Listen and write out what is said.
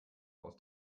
aus